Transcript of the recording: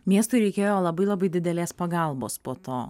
miestui reikėjo labai labai didelės pagalbos po to